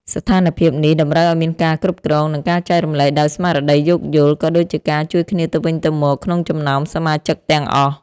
ស្ថានភាពនេះតម្រូវឱ្យមានការគ្រប់គ្រង និងការចែករំលែកដោយស្មារតីយោគយល់ ក៏ដូចជាការជួយគ្នាទៅវិញទៅមកក្នុងចំណោមសមាជិកទាំងអស់។